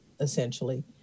essentially